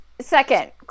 second